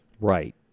Right